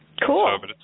Cool